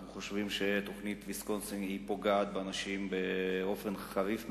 אנחנו חושבים שתוכנית ויסקונסין פוגעת באנשים באופן חריף מאוד,